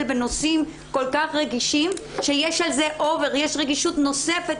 בנושאים כל כך רגישים שיש על זה רגישות נוספת,